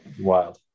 Wild